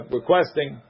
requesting